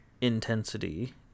intensity